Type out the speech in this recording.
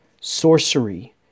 sorcery